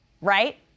Right